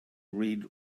read